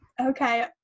okay